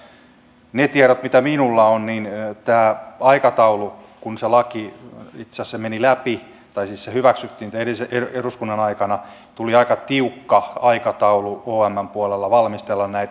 niiden tietojen mukaan mitä minulla on kun se laki itse asiassa hyväksyttiin edellisen eduskunnan aikana tuli aika tiukka aikataulu omn puolella valmistella näitä